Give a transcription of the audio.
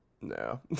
No